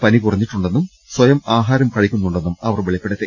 പനി കുറ ഞ്ഞിട്ടുണ്ടെന്നും സ്വയം ആഹാരം കഴിക്കുന്നുണ്ടെന്നും അവർ വെളിപ്പെടു ത്തി